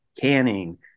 canning